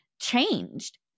changed